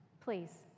please